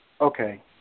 Okay